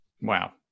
Wow